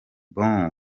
bon